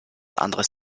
anderes